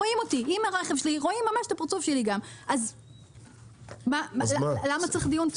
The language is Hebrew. רואים את הפרצוף שלי, אז למה צריך דיון?